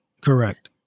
Correct